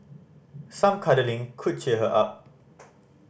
some cuddling could cheer her up